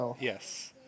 Yes